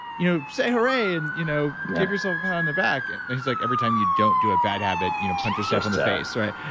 you know say hurray and you know give yourself a pat on the back. and and he's like, every time you don't do a bad habit you know punch yourself in the face. right?